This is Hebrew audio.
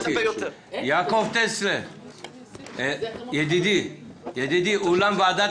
יעקב טסלר, ידידי, אולם ועדת